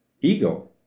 ego